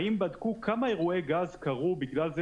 האם בדקו כמה אירועי גז קרו בגלל זה